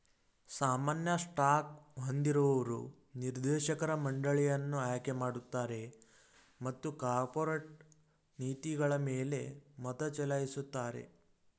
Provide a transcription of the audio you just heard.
ಸಾಮಾನ್ಯ ಸ್ಟಾಕ್ ಹೊಂದಿರುವವರು ನಿರ್ದೇಶಕರ ಮಂಡಳಿಯನ್ನ ಆಯ್ಕೆಮಾಡುತ್ತಾರೆ ಮತ್ತು ಕಾರ್ಪೊರೇಟ್ ನೀತಿಗಳಮೇಲೆ ಮತಚಲಾಯಿಸುತ್ತಾರೆ